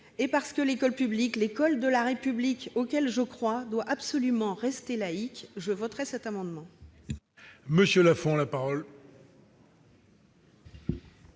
Parce que l'école publique, l'école de la République à laquelle je crois, doit absolument rester laïque, je voterai cet amendement. La parole